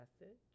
message